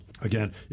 again